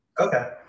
Okay